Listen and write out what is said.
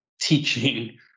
teaching